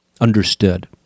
understood